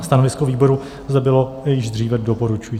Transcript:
Stanovisko výboru zde bylo již dříve doporučující.